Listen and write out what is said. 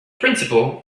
principle